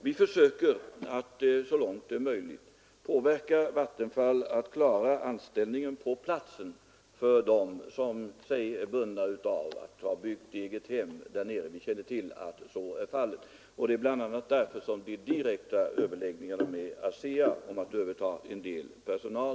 Vi försöker så långt det är möjligt påverka Vattenfall att klara anställningen på platsen för dem som t.ex. är bundna av att de har byggt ett eget hem där nere — vi känner till att så är fallet. Det är bl.a. därför som direkta överläggningar sker med ASEA om att överta en del personal.